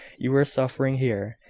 you were suffering here,